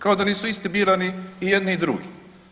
Kao da nisu isto birani i jedni i drugi.